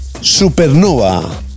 Supernova